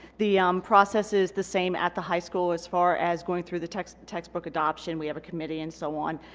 the um process is the same at the high school as far as going through the text textbook adoption we have a committee and so on.